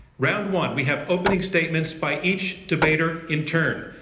round one, we have opening statements by each debater in turn.